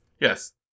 yes